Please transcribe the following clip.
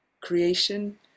creation